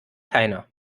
keiner